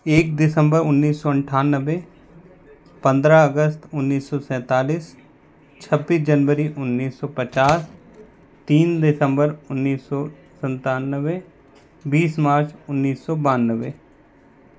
एक दिसम्बर उन्नीस सौ अट्ठानवे पंद्रह अगस्त उन्नीस सौ सैंतालीस छब्बीस जनवरी उन्नीस सौ पचास तीन दिसम्बर उन्नीस सौ सनत्तानवे बीस मार्च उन्नीस सौ बानवे